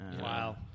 Wow